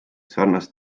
sarnast